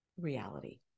reality